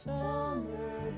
Summer